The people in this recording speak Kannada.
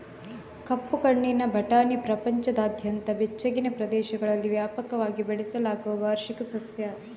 ಕಪ್ಪು ಕಣ್ಣಿನ ಬಟಾಣಿ ಪ್ರಪಂಚದಾದ್ಯಂತ ಬೆಚ್ಚಗಿನ ಪ್ರದೇಶಗಳಲ್ಲಿ ವ್ಯಾಪಕವಾಗಿ ಬೆಳೆಸಲಾಗುವ ವಾರ್ಷಿಕ ಸಸ್ಯ